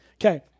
Okay